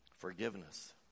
Forgiveness